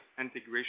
integration